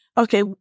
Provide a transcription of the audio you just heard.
okay